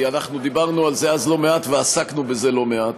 כי דיברנו על זה אז לא מעט ועסקנו בזה לא מעט,